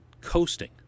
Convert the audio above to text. coasting